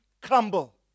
crumble